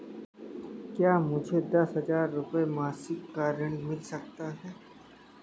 क्या मुझे दस हजार रुपये मासिक का ऋण मिल सकता है?